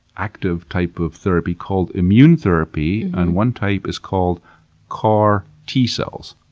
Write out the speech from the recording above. active type of therapy called immune therapy and one type is called car t-cells.